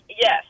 yes